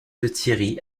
lethierry